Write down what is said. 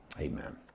amen